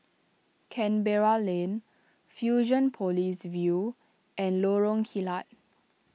Canberra Lane Fusionopolis View and Lorong Kilat